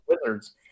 Wizards